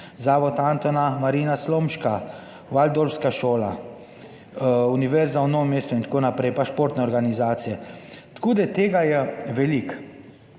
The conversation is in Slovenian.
Zavod Antona Marina Slomška, Valdorfska šola, univerza v Novem mestu, itn. pa športne organizacije. Tako da, tega je veliko.